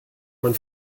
man